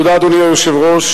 אדוני היושב-ראש,